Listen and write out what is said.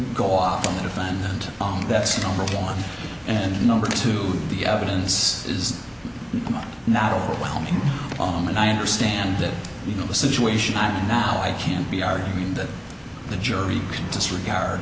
go off on the phone and that's number one and number two the evidence is not overwhelming on and i understand that you know the situation i'm in now i can't be arguing that the jury can disregard